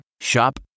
Shop